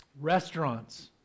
Restaurants